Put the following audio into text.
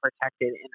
protected